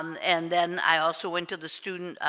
and then i also went to the student